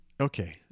Okay